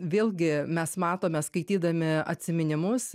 vėlgi mes matome skaitydami atsiminimus